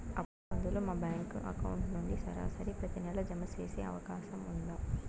అప్పు కంతులు మా బ్యాంకు అకౌంట్ నుంచి సరాసరి ప్రతి నెల జామ సేసే అవకాశం ఉందా?